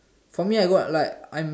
for me I got like I'm